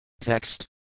Text